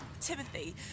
Timothy